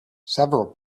several